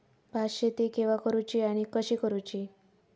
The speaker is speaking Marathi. भात शेती केवा करूची आणि कशी करुची?